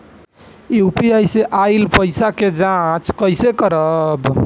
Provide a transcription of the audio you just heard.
UPI से आइल पईसा के जाँच कइसे करब?